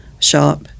shop